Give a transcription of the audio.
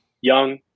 young